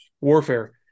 warfare